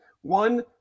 one